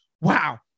Wow